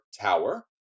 tower